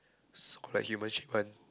so called like human shaped one